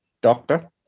doctor